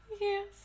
Yes